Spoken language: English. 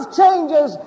changes